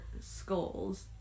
skulls